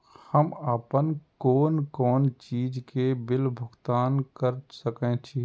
हम आपन कोन कोन चीज के बिल भुगतान कर सके छी?